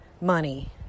money